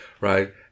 right